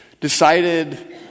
decided